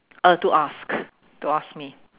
uh to ask to ask me